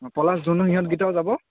অ' পলাশ ধুনু সিহঁতকেইটাও যাব